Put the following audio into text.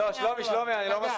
לא, שלומי, אני לא מסכים.